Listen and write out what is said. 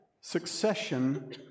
succession